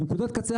נקודת קצה,